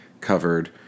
covered